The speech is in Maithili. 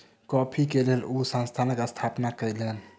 कॉफ़ी के लेल ओ संस्थानक स्थापना कयलैन